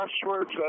passwords